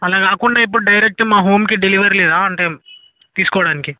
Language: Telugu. అలా కాకుండా ఇప్పుడు డైరెక్ట్ మా హోమ్కి డెలివరీ లేదా అంటే తీసుకోవడానికి